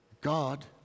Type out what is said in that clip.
God